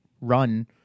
run